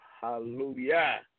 Hallelujah